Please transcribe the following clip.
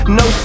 no